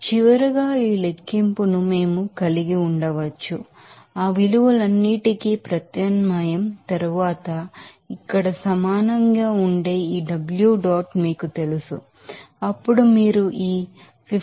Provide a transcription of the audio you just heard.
చివరగా ఈ లెక్కింపును మేము కలిగి ఉండవచ్చు ఆ విలువలన్నింటికి ప్రత్యామ్నాయం తరువాత ఇక్కడ సమానంగా ఉండే ఈ W s dot మీకు తెలుసు అప్పుడు మీరు ఈ 52